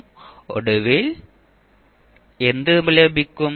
അതിനാൽ ഒടുവിൽ എന്ത് ലഭിക്കും